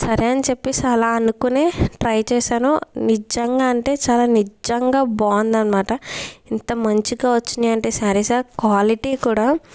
సరే అని చెప్పేసలా అనుకొనే ట్రై చేసాను నిజంగా అంటే చాలా నిజ్జంగా బాగున్నాయి అనమాట ఇంత మంచిగా వచ్చినయి అంటే ఆ సారీసు కాలిటీ కూడా